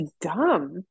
dumb